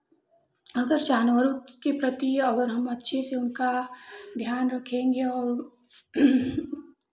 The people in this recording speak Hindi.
अगर जानवरों के प्रति अगर हम अच्छे से उनका ध्यान रखेंगे और